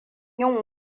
yin